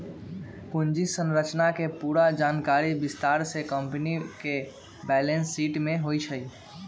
पूंजी संरचना के पूरा जानकारी विस्तार से कम्पनी के बैलेंस शीट में होई छई